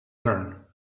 learn